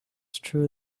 true